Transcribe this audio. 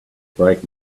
break